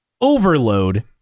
overload